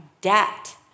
debt